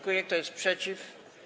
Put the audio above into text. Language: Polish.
Kto jest przeciw?